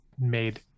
made